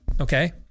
okay